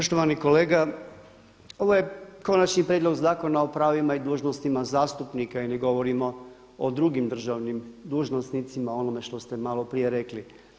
Poštovani kolega, ovo je Konačni prijedlog zakona o pravima i dužnostima zastupnika i ne govorimo o drugim državnim dužnosnicima o onome što ste malo prije rekli.